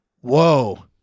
Whoa